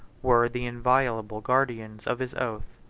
were the inviolable guardians of his oath.